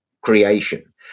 creation